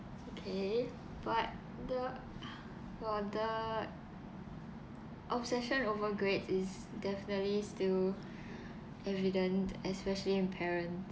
okay but the for the obsession over grades is definitely still evident especially in parents